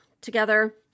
together